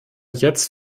jetzt